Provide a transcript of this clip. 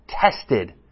tested